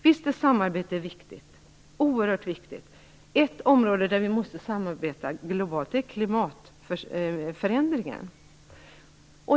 Visst är samarbete viktigt, oerhört viktigt. Ett område där vi måste samarbeta globalt är det som gäller klimatförändringen.